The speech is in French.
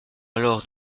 alors